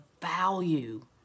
value